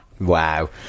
Wow